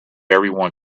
everyone